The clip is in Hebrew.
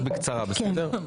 בקצרה, בסדר?